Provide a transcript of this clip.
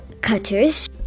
cutters